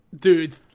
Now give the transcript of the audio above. Dude